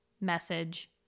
message